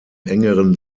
engeren